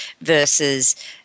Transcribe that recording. versus